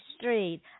street